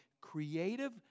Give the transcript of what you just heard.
creative